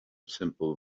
simple